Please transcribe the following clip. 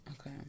Okay